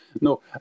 No